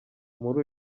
muri